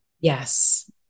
Yes